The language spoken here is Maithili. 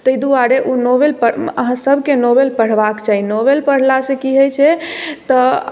तैं दुआरे ओ नॉवल पढ़ अहाँ सभके नॉवल पढ़बाक चाही नॉवल पढ़लासँ की होय छै तऽ